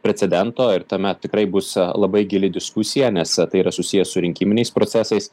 precedento ir tame tikrai bus labai gili diskusija nes tai yra susiję su rinkiminiais procesais